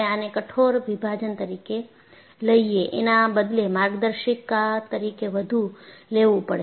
આપણે આને કઠોર વિભાજન તરીકે લઈએ એના બદલે માર્ગદર્શિકા તરીકે વધુ લેવું પડે છે